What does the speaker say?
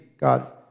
God